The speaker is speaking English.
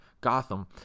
Gotham